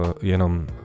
jenom